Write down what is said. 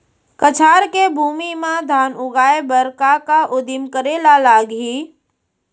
कछार के भूमि मा धान उगाए बर का का उदिम करे ला लागही?